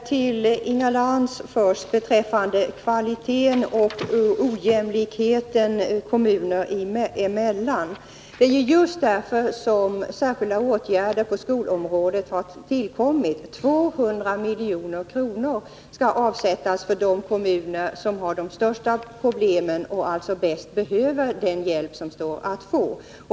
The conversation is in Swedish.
Fru talman! Först några ord till Inga Lantz om kvaliteten och om ojämlikheten kommuner emellan. Det är just med hänsyn till dessa förhållanden som särskilda åtgärder på skolområdet har vidtagits. 200 milj.kr. skall avsättas för de kommuner som har de största problemen och alltså bäst behöver den hjälp som står att få.